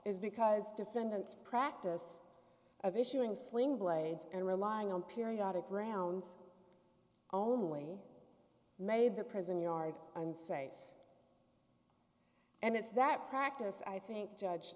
is because defendants practice of issuing sling blades and relying on periodic grounds only made the prison yard unsafe and it's that practice i think judge